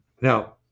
Now